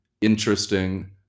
interesting